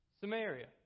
Samaria